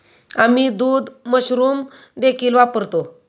आम्ही दूध मशरूम देखील वापरतो